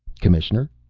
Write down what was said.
commissioner.